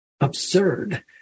absurd